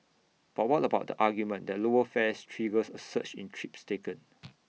but what about the argument that lower fares triggers A surge in trips taken